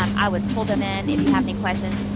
um i would pull them in if you have any questions.